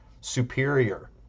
superior